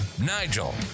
Nigel